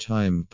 Time